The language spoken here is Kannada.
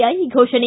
ಐ ಘೋಷಣೆ